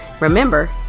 Remember